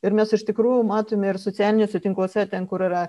ir mes iš tikrųjų matome ir socialiniuose tinkluose ten kur yra